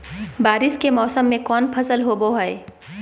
बारिस के मौसम में कौन फसल होबो हाय?